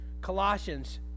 Colossians